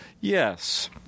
Yes